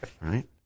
right